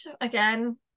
Again